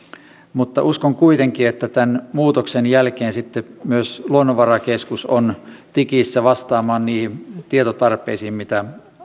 mutta uskon kuitenkin että tämän muutoksen jälkeen sitten myös luonnonvarakeskus on tikissä vastaamaan niihin tietotarpeisiin mitä